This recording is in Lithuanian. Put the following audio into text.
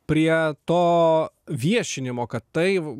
prie to viešinimo kad tai